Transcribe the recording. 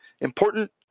important